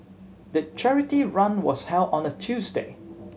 the charity run was held on a Tuesday